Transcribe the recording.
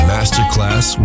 Masterclass